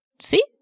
See